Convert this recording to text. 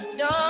no